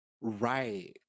Right